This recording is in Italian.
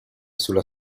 sulla